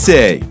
Say